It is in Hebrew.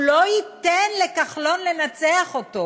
הוא לא ייתן לכחלון לנצח אותו.